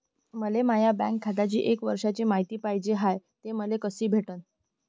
मले माया बँक खात्याची एक वर्षाची मायती पाहिजे हाय, ते मले कसी भेटनं?